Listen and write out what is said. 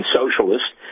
socialists